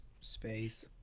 Space